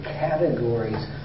categories